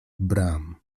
bram